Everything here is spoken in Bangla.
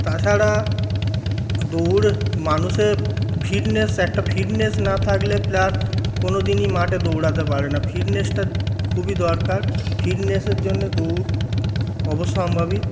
তাছাড়া দৌড়ে মানুষের ফিটনেস একটা ফিটনেস না থাকলে প্লেয়ার কোনো দিনই মাঠে দৌড়াতে পারে না ফিটনেসটা খুবই দরকার ফিটনেসের জন্যে দৌড় অবশ্যম্ভাবী